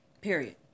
Period